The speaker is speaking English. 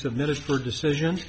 submitted for decision